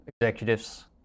executives